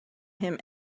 him